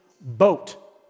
boat